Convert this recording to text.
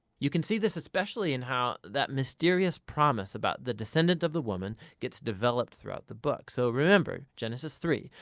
you can see this especially in how that mysterious promise about the descendant of the woman gets developed throughout the book. so remember genesis three?